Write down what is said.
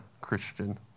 Christian